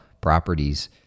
properties